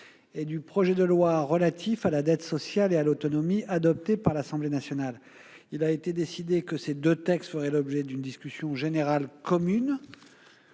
du projet de loi relatif à la dette sociale et à l'autonomie (texte n° 661, 2019-2020) Il a été décidé que ces deux textes feraient l'objet d'une discussion générale commune.